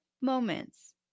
moments